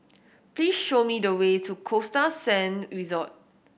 please show me the way to Costa Sand Resort